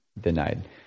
denied